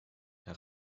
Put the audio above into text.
herr